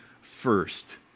first